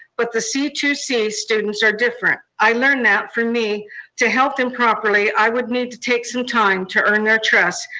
but the c two c students are different. i learned that for me to help them properly, i would need to take some time to earn their trust,